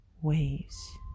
ways